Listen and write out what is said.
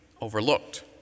overlooked